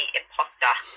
imposter